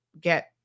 get